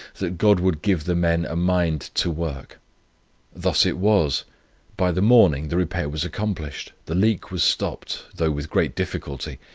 that god would give the men a mind to work thus it was by the morning the repair was accomplished, the leak was stopped, though with great difficulty,